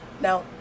Now